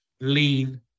lean